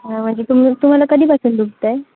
म्हणजे तुम तुम्हाला कधीपासून दुखत आहे